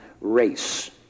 race